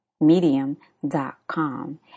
medium.com